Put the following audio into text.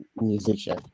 musician